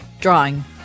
drawing